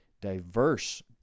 diverse